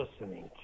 listening